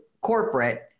corporate